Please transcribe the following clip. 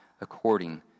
according